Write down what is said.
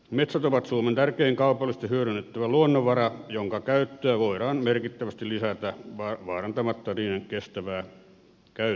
metsät ovat suomen tärkein kaupallisesti hyödynnettävä luonnonvara jonka käyttöä voidaan merkittävästi lisätä vaarantamatta niiden kestävää käyttöä